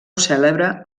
cèlebre